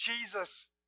Jesus